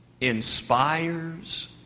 inspires